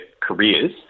careers